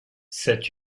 cette